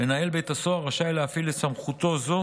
מנהל בית הסוהר רשאי להפעיל את סמכותו זו